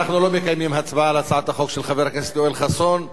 הוא אומר לך, חבר הכנסת חסון,